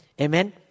Amen